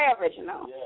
original